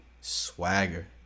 swagger